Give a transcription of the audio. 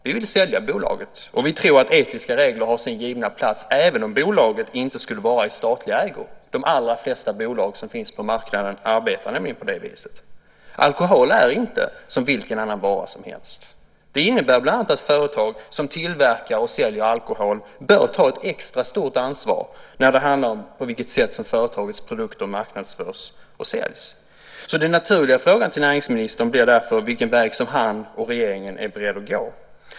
Vi vill sälja bolaget, och vi tror att etiska regler har sin givna plats även om bolaget inte skulle vara i statlig ägo. De allra flesta bolag som finns på marknaden arbetar nämligen på det viset. Alkohol är inte som vilken annan vara som helst. Det innebär bland annat att företag som tillverkar och säljer alkohol bör ta ett extra stort ansvar när det handlar om på vilket sätt som företagets produkter marknadsförs och säljs. Den naturliga frågan till näringsministern blir därför vilken väg som han och regeringen är beredda att gå.